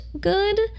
good